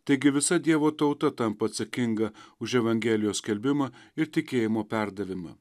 taigi visa dievo tauta tampa atsakinga už evangelijos skelbimą ir tikėjimo perdavimą